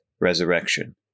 resurrection